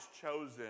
chosen